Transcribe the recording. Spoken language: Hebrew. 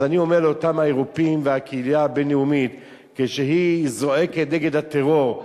אז אני אומר לאותם האירופים והקהילה הבין-לאומית כשהיא זועקת נגד הטרור,